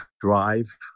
drive